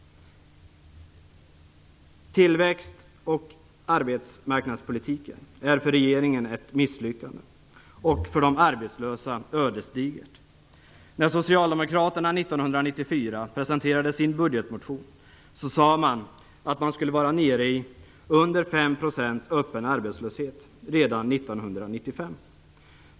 Tillväxt och arbetsmarknadspolitiken är för regeringen ett misslyckande och för de arbetslösa ett ödesdigert sådant. När socialdemokraterna 1994 presenterade sin budgetmotion sade man att den öppna arbetslösheten skulle vara nere under 5 % redan 1995.